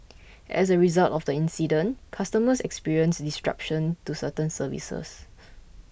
as a result of the incident customers experienced disruption to certain services